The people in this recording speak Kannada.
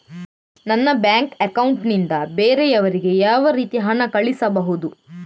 ನನ್ನ ಬ್ಯಾಂಕ್ ಅಕೌಂಟ್ ನಿಂದ ಬೇರೆಯವರಿಗೆ ಯಾವ ರೀತಿ ಹಣ ಕಳಿಸಬಹುದು?